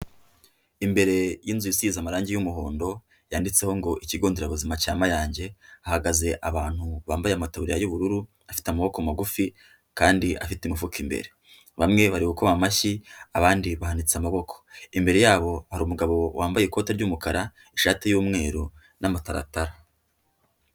Imbere y'inzu isize amarangi y'umuhondo yanditseho ngo ikigonderabuzima cya Mayange hahagaze abantu bambaye amataburiya y'ubururu afite amaboko magufi kandi afite imifuka imbere. Bamwe barigubakoma amashyi abandi bahanitse amaboko. Imbere yabo hari umugabo wambaye ikoti ry'umukara, ishati y'umweru n'amataratara.